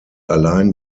allein